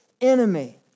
enemy